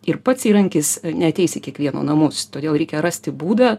ir pats įrankis neateis į kiekvieno namus todėl reikia rasti būdą